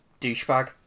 douchebag